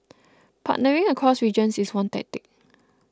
partnering across regions is one tactic